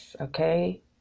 Okay